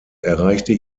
erreichte